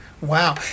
Wow